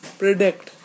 predict